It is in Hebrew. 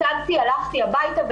הלכתי הביתה,